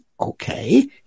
okay